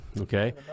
Okay